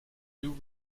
new